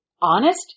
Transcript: Honest